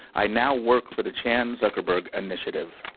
i now work for the chan zuckerberg initiative.